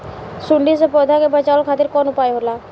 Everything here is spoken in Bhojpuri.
सुंडी से पौधा के बचावल खातिर कौन उपाय होला?